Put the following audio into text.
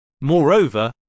Moreover